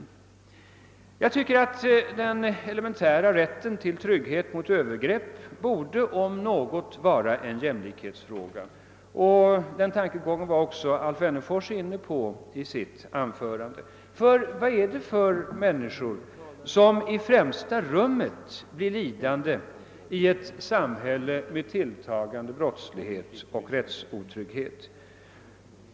Den elementära rätten till trygghet mot övergrepp borde om något vara en jämlikhetsfråga, och denna tankegång var också herr Wennerfors inne på i sitt anförande. Ty vad är det för människor som i främsta rummet blir lidande av ett samhälle med tilltagande brottslighet och rättsotrygghet?